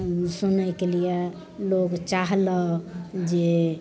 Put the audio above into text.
सुनैके लिए लोग चाहलक जे